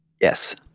yes